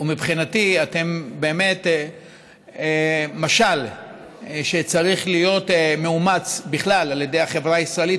מבחינתי אתן באמת משל שצריך להיות מאומץ בכלל על ידי החברה הישראלית,